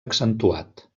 accentuat